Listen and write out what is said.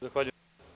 Zahvaljujem.